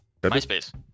Myspace